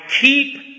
keep